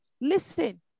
listen